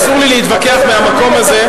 אסור לי להתווכח מהמקום הזה.